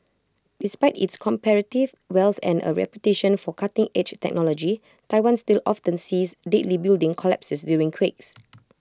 despite its comparative wealth and A reputation for cutting edge technology Taiwan still often sees deadly building collapses during quakes